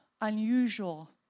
unusual